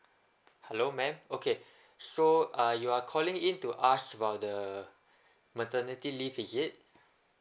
hello ma'am okay so uh you're calling in to ask about the maternity leave is it